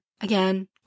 again